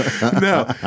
No